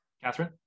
Catherine